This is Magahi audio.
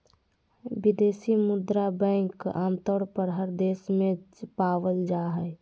विदेशी मुद्रा बैंक आमतौर पर हर देश में पावल जा हय